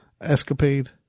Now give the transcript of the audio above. escapade